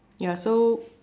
ya so